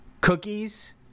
cookies